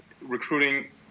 recruiting